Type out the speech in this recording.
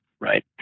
right